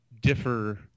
differ